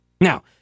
Now